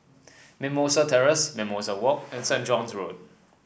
Mimosa Terrace Mimosa Walk and Saint John's Road